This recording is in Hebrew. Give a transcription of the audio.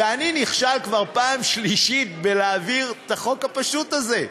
ואני נכשל כבר פעם שלישית בלהעביר את החוק הפשוט הזה,